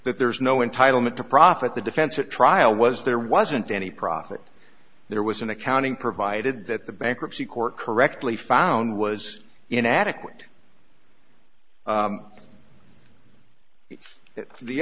that there was no entitle me to profit the defense at trial was there wasn't any profit there was an accounting provided that the bankruptcy court correctly found was inadequate if the